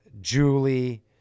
Julie